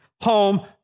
home